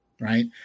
right